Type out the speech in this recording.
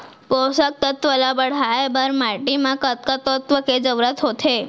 पोसक तत्व ला बढ़ाये बर माटी म कतका तत्व के जरूरत होथे?